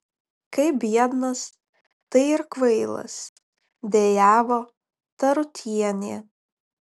kai biednas tai ir kvailas dejavo tarutienė